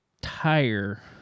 tire